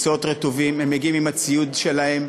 מקצועות רטובים, הם מגיעים עם הציוד שלהם,